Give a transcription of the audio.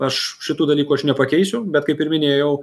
aš šitų dalykų aš nepakeisiu bet kaip ir minėjau